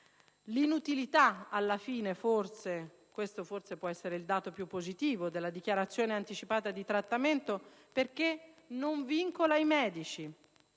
all'inutilità (alla fine forse questo può essere il dato più positivo) della dichiarazione anticipata di trattamento, perché non vincola i medici.